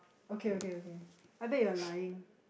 okay okay okay I think you're lying